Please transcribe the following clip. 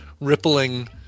rippling